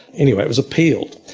anyway it was appealed.